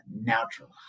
natural